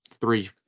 three